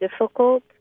difficult